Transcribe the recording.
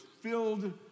filled